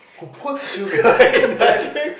who puts sugar in that drinks